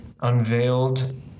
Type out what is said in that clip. unveiled